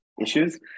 issues